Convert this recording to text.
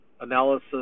Analysis